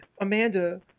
Amanda